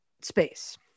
space